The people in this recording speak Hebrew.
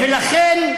אתה, ולכן,